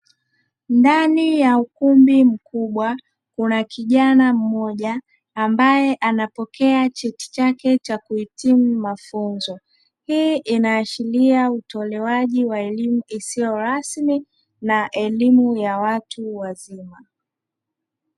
Ndani ya ukumbi mkubwa kuna kijana mmoja ambaye anapokea cheti chake cha kuhitimu mafunzo, hii inaashiria utolewaji wa elimu isiyo rasmi na elimu ya watu wazima.